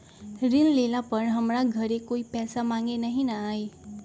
ऋण लेला पर हमरा घरे कोई पैसा मांगे नहीं न आई?